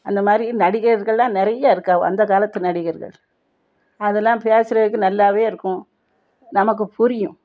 அந்த மாதிரி நடிகர்களெலாம் நிறையா இருக்கா அந்த காலத்து நடிகர்கள் அதெல்லாம் பேசுறதுக்கு நல்லாவே இருக்கும் நமக்கு புரியும்